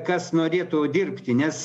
kas norėtų dirbti nes